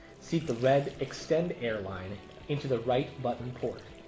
seat the red extend air line into the right button port